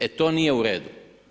E to nije u redu.